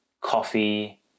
coffee